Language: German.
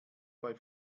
bei